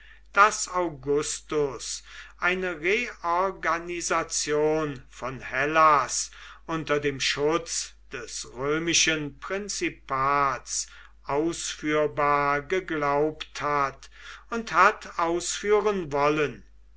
daß augustus eine reorganisation von hellas unter dem schutz des römischen prinzipats ausführbar geglaubt hat und hat ausführen wollen